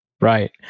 Right